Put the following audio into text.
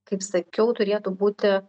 kaip sakiau turėtų būti